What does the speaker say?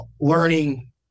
learning